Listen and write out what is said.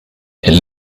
elle